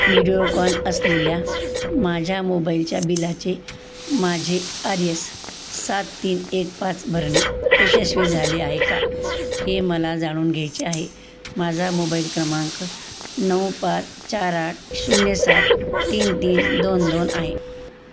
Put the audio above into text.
व्हिडिओकॉन असलेल्या माझ्या मोबाईलच्या बिलाचे माझे आरयस सात तीन एक पाच भरणे यशस्वी झाले आहे का हे मला जाणून घ्यायचे आहे माझा मोबाईल क्रमांक नऊ पाच चार आठ शून्य सात तीन तीन दोन दोन आहे